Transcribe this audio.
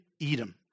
Edom